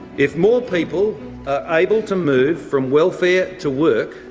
if more people are able to move from welfare to work,